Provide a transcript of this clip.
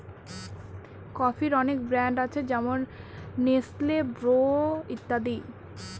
কফির অনেক ব্র্যান্ড আছে যেমন নেসলে, ব্রু ইত্যাদি